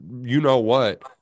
you-know-what